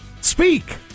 Speak